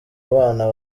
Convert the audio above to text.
bana